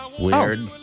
Weird